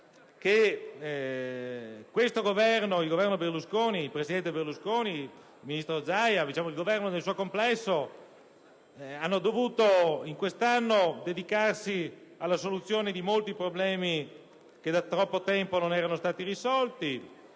Voglio ricordare che il presidente Berlusconi, il ministro Zaia, ed il Governo nel suo complesso, hanno dovuto in quest'anno dedicarsi alla soluzione di molti problemi che da troppo tempo non erano stati risolti.